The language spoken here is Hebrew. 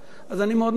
אז אני מאוד מבקש.